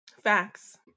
facts